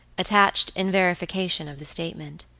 attached in verification of the statement.